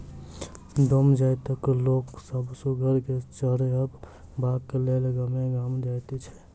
डोम जाइतक लोक सभ सुगर के चरयबाक लेल गामे गाम जाइत छै